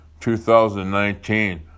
2019